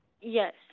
Yes